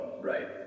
right